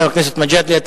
חבר הכנסת מג'אדלה,